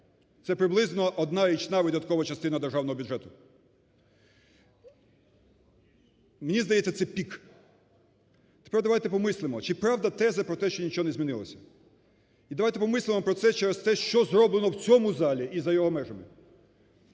Це, приблизно, одна річна видаткова частина державного бюджету. Мені здається, це пік. Тепер давайте помислимо, чи правда теза про те, що нічого не змінилося. І давайте помислимо про це через те, що зроблено в цьому залі і за його межами.